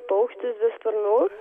paukštis be sparnų